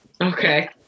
Okay